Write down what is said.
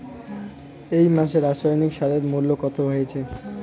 এই মাসে রাসায়নিক সারের মূল্য কত রয়েছে?